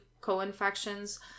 co-infections